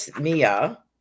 Mia